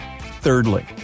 Thirdly